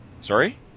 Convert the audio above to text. Sorry